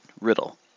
Riddle